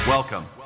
Welcome